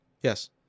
Yes